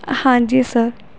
ਹਾਂਜੀ ਸਰ